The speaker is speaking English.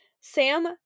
Sam